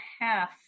half